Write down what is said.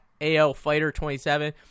ALFighter27